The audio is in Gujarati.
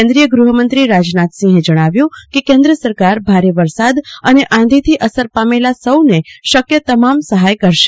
કેન્દ્રિય ગૃહમંત્રી રાજનાથસિંહે જણાવ્યું કે કેન્દ્ર સરકાર ભારે વરસાદ અને આંધીથી અસર પામેલા સૌને શક્ય તમામ સહાય કરશે